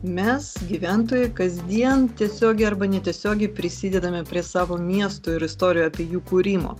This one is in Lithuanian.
mes gyventojai kasdien tiesiogiai arba netiesiogiai prisidedame prie savo miestų ir istorijų apie jų kūrimą